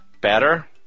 better